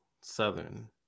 southern